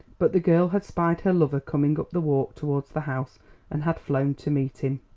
but the girl had spied her lover coming up the walk toward the house and had flown to meet him.